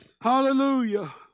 Hallelujah